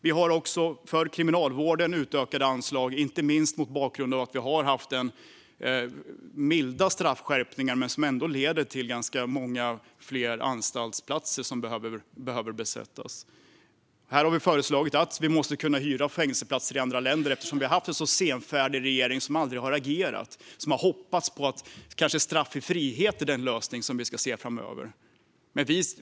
Vi har också utökade anslag för Kriminalvården, inte minst mot bakgrund av att vi har haft milda straffskärpningar som ändå leder till att det behövs ganska många fler anstaltsplatser. Här har vi föreslagit att vi måste kunna hyra fängelseplatser i andra länder eftersom vi har haft en så senfärdig regering som aldrig har agerat och som har hoppats på att straff i frihet kanske är den lösning som vi ska se framöver.